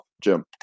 Jim